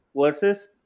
versus